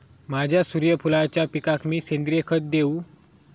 माझ्या सूर्यफुलाच्या पिकाक मी सेंद्रिय खत देवू?